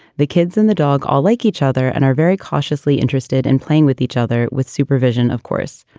the kids and the dog all like each other and are very cautiously interested in playing with each other with supervision, of course.